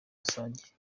rusange